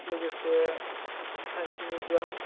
लोगोसे science museum